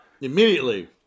immediately